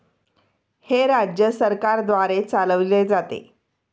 हे राज्य सरकारद्वारे चालविले जाते